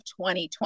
2020